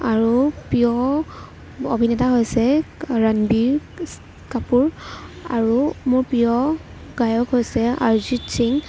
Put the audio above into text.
আৰু প্ৰিয় অভিনেতা হৈছে ৰনৱীৰ কাপুৰ আৰু মোৰ প্ৰিয় গায়ক হৈছে অৰিজিত সিং